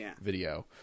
video